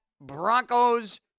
Broncos